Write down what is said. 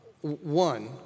one